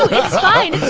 i